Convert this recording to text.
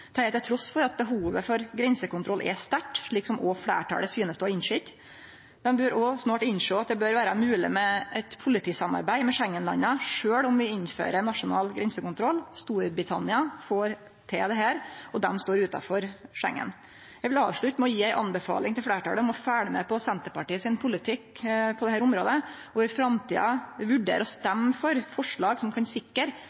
til trass for at behovet for grensekontroll er sterkt, slik òg fleirtalet synest å ha innsett. Ein bør òg snart innsjå at det bør vere mogleg med eit politisamarbeid med Schengen-landa sjølv om vi innfører nasjonal grensekontroll. Storbritannia får til dette, og dei står utanfor Schengen. Eg vil avslutte med å gje ei anbefaling til fleirtalet om å følgje med på Senterpartiet sin politikk på dette området og i framtida vurdere å